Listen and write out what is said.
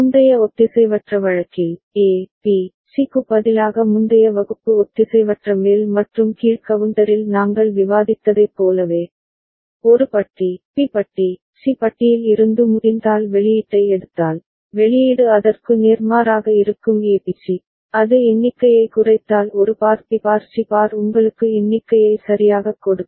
முந்தைய ஒத்திசைவற்ற வழக்கில் ஏ பி சி க்கு பதிலாக முந்தைய வகுப்பு ஒத்திசைவற்ற மேல் மற்றும் கீழ் கவுண்டரில் நாங்கள் விவாதித்ததைப் போலவே ஒரு பட்டி பி பட்டி சி பட்டியில் இருந்து முடிந்தால் வெளியீட்டை எடுத்தால் வெளியீடு அதற்கு நேர்மாறாக இருக்கும் ஏபிசி அது எண்ணிக்கையை குறைத்தால் ஒரு bar B bar C bar உங்களுக்கு எண்ணிக்கையை சரியாகக் கொடுக்கும்